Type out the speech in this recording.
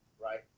Right